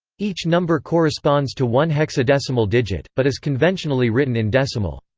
each number corresponds to one hexadecimal digit, but is conventionally written in decimal.